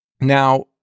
Now